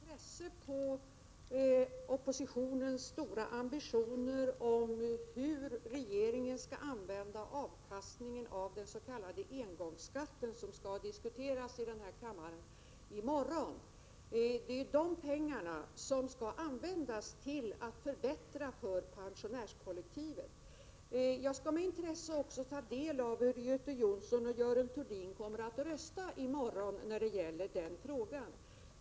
Herr talman! Jag lyssnar med intresse på oppositionens tal om stora ambitioner när det gäller hur regeringen skall använda avkastningen av den s.k. engångsskatten, vilken skall diskuteras här i kammaren i morgon. Det är de pengarna som skall användas till förbättringar för pensionärskollektivet. Jag skall med intresse också ta del av hur Göte Jonsson och Görel Thurdin röstar i morgon i denna fråga.